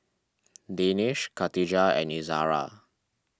Danish Khatijah and Izara